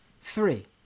Three